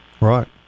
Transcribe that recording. Right